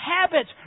habits